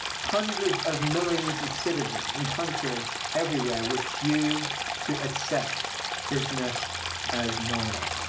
hundreds of millions of citizen, in countries everywhere, refused to accept business as normal.